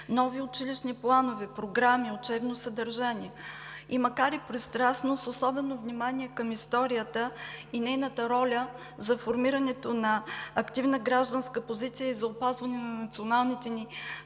нови училищни планове, програми, учебно съдържание и макар и пристрастно, с особено внимание към историята и нейната роля за формирането на активна гражданска позиция и за опазване на националните ни